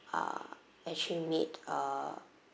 uh actually made uh